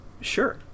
Sure